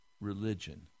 religion